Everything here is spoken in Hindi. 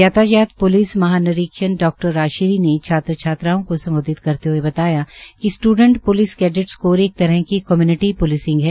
यातायात प्लिस महानिरीक्षण डॉ राजश्री ने छात्र छात्राओं को संबोधित करते हए बताया कि स्ट्रडेंट प्लिस कैडेट्स कोर एक तरह की कम्यूनिटी प्लिसिंग हैं